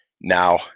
Now